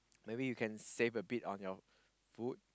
maybe you can save a bit on your food